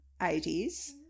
80s